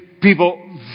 People